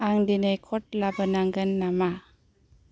आं दिनै कट लाबोनांगोन नामा